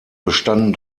bestanden